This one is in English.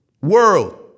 World